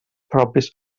propis